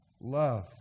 Love